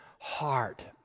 heart